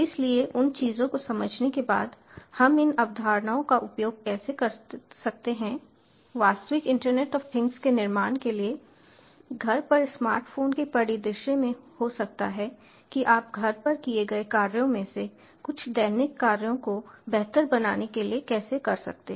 इसलिए उन चीजों को समझने के बाद हम इन अवधारणाओं का उपयोग कैसे कर सकते हैं वास्तविक इंटरनेट ऑफ थिंग्स के निर्माण के लिए घर पर स्मार्ट फोन के परिदृश्य में हो सकता है कि आप घर पर किए गए कार्यों में से कुछ दैनिक कार्यों को बेहतर बनाने के लिए कैसे कर सकते हैं